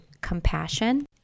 compassion